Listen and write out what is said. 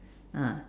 ah